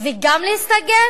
וגם להסתגר